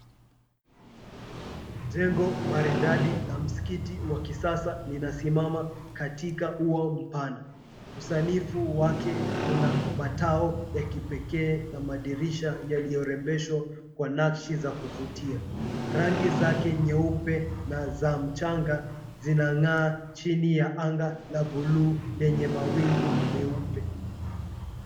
Jengo maridadi la msikiti wa kisasa linasimama katika ua mpana. Usanifu wake una matao ya kipekee na madirisha yaliyorembeshwa kwa nakshi za kuvutia. Rangi zake nyeupe na za mchanga zinang'aa chini ya anga la buluu lenye mawingu meupe.